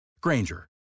Granger